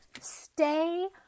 Stay